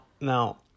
now